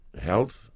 health